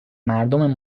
مردم